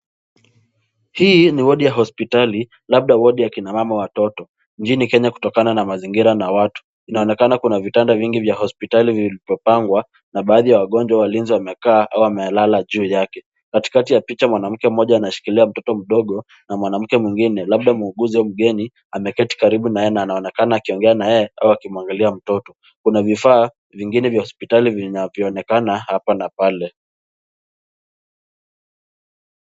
Hii ni wadi ya hospitali labda wodi akina mama watoto jijini Kenya kutokana na mazingira na watu inaonekana kuna vitanda vingi vya hospitali vilivyopangwa na baadhi ya wagonjwa walinzi wamekaa au wamelala juu yake, katikati ya picha mwanamke mmoja anashikilia mtoto mdogo na mwanamke mwingine labda muuguzi mgeni ameketi karibu na yeye anaonekana akiongea na yeye au akimwangalia mtoto, kuna vifaa vingine vya hospitali vinavyoonekana hapa na pale.